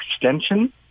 extension